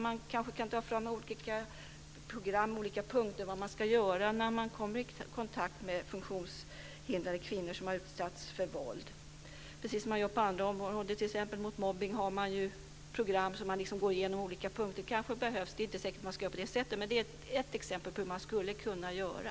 Man kanske kan ta fram olika program med punkter som talar om vad man ska göra när man kommer i kontakt med funktionshindrade kvinnor som har utsatts för våld Så gör man ju på andra områden. Man har t.ex. program mot mobbning där man går igenom olika punkter. Det är kanske inte säkert att man ska göra på det sättet, men det är ett exempel på hur man skulle kunna göra.